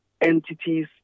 entities